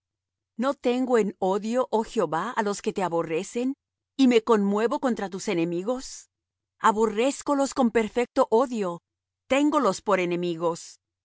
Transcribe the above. no tengo en odio oh jehová á los que te aborrecen y me conmuevo contra tus enemigos aborrézcolos con perfecto odio téngolos por enemigos